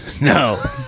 No